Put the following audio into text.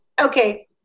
okay